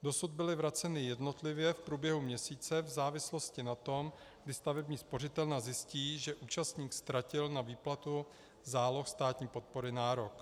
Dosud byly vraceny jednotlivě v průběhu měsíce v závislosti na tom, kdy stavební spořitelna zjistí, že účastník ztratil na výplatu záloh státní podpory nárok.